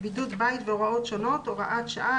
(בידוד בית והוראות שונות) (הוראת שעה),